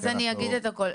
אז אני אגיד את הכל.